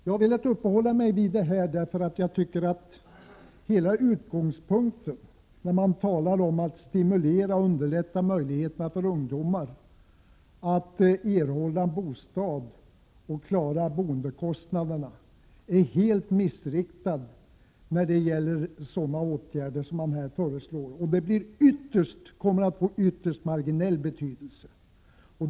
Jag har velat uppehålla mig vid dessa frågor därför att utgångspunkten för diskussionen om att underlätta för ungdomar att erhålla en bostad och klara av sina bostadskostnader är helt felaktig när det gäller de åtgärder som man här föreslår. Förslagen kommer att få ytterst marginell betydelse.